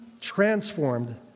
transformed